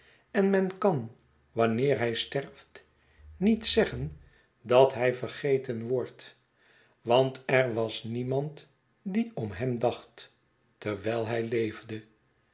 en men kan wanneer hy sterft niet zeggen dat hy vergeten wordt want er was niemand die om hem dacht terwijlhij leefde